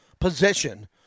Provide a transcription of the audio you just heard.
position